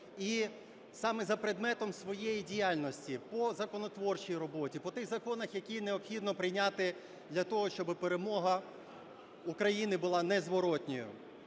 і саме за предметом своєї діяльності: по законотворчій роботі, по тих законах, які необхідно прийняти для того, щоби перемога України була незворотною.